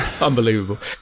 unbelievable